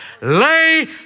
Lay